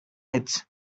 its